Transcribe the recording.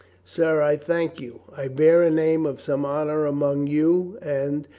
sir, i thank you. i bear a name of some honor among you and,